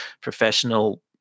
professional